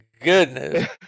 goodness